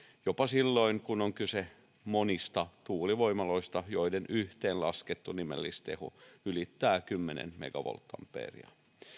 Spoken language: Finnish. jopa silloin kun on kyse monista tuulivoimaloista joiden yhteen laskettu nimellisteho ylittää kymmenen megavolttiampeeria